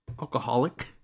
alcoholic